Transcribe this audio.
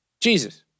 Jesus